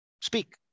speak